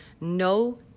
No